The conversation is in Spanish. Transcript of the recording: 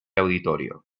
auditorio